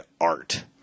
art